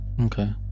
Okay